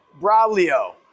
Braulio